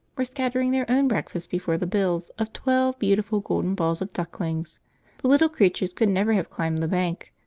were scattering their own breakfast before the bills of twelve beautiful golden balls of ducklings. the little creatures could never have climbed the bank,